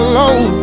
Alone